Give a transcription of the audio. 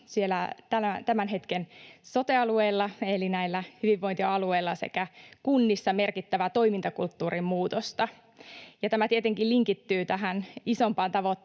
tämän hetken sote-alueilla, eli näillä hyvinvointialueilla, sekä kunnissa merkittävää toimintakulttuurin muutosta. Tämä tietenkin linkittyy tähän isompaan tavoitteeseen